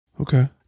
Okay